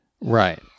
Right